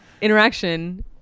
interaction